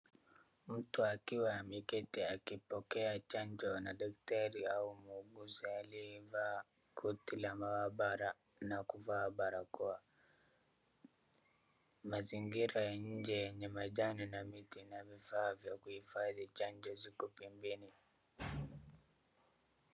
Mtu akiwa ameketi akipokea chanjo na daktari au muuguzi aliyevaa koti la maabara na kuvaa barakoa. Mazingira ya nje yenye majani na miti na vifaa vya chanjo ziko pembeni.